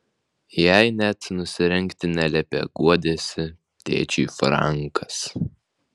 jai net nusirengti neliepė guodėsi tėčiui frankas